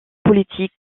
politique